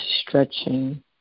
stretching